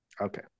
okay